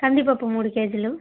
కందిపప్పు మూడు కేజీలు